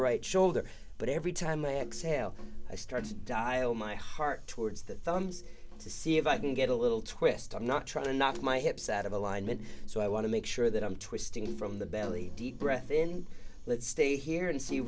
right shoulder but every time i x l i start to dial my heart towards the thumbs to see if i can get a little twist i'm not trying to knock my hips out of alignment so i want to make sure that i'm twisting from the belly deep breath in let's stay here and see